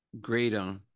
greater